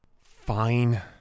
Fine